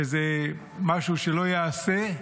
שזה משהו שלא ייעשה.